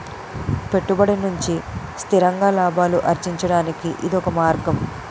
పెట్టుబడి నుంచి స్థిరంగా లాభాలు అర్జించడానికి ఇదొక మార్గం